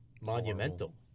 monumental